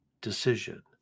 decision